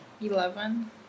Eleven